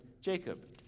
Jacob